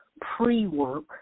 pre-work